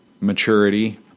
maturity